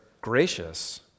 gracious